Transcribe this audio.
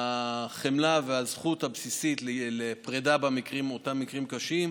החמלה והזכות הבסיסית לפרידה באותם מקרים קשים,